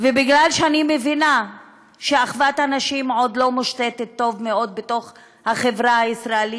שאני מבינה שאחוות הנשים עוד לא מושתתת טוב מאוד בתוך החברה הישראלית,